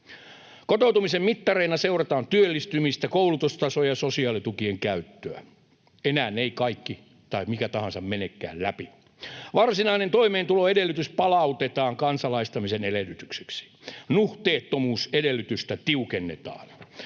Kotoutumisen mittareina seurataan työllistymistä, koulutustasoa ja sosiaalitukien käyttöä. Enää ei kaikki tai mikä tahansa menekään läpi. Varsinainen toimeentuloedellytys palautetaan kansalaistamisen edellytykseksi. Nuhteettomuusedellytystä tiukennetaan.